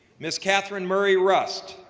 ms. catherine murray-rust,